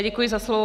Děkuji za slovo.